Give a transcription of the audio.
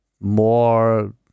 more